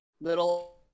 little